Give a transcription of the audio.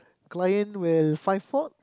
client will find fault